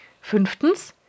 Fünftens